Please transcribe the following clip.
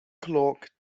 clock